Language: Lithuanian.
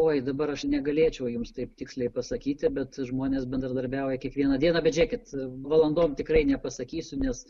oi dabar aš negalėčiau jums taip tiksliai pasakyti bet žmonės bendradarbiauja kiekvieną dieną bet žiūrėkit valandom tikrai nepasakysiu nes